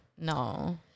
No